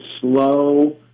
slow